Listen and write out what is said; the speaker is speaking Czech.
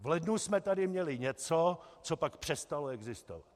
V lednu jsme tady měli něco, co pak přestalo existovat.